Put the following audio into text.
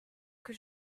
que